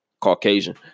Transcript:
Caucasian